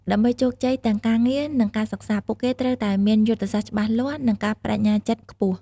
ដើម្បីជោគជ័យទាំងការងារ និងការសិក្សា ពួកគេត្រូវតែមានយុទ្ធសាស្ត្រច្បាស់លាស់ និងការប្ដេជ្ញាចិត្តខ្ពស់។